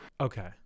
Okay